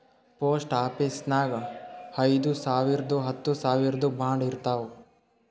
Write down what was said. post ಆಫೀಸ್ನಾಗ್ ಐಯ್ದ ಸಾವಿರ್ದು ಹತ್ತ ಸಾವಿರ್ದು ಬಾಂಡ್ ಇರ್ತಾವ್